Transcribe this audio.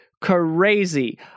crazy